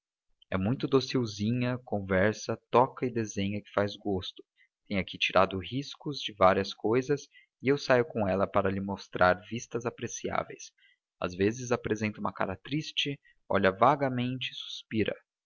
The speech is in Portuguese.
é muito docilzinha conversa toca e desenha que faz gosto tem aqui tirado riscos de várias cousas e eu saio com ela para lhe mostrar vistas apreciáveis às vezes apresenta uma cara triste olha vagamente e suspira